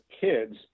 kids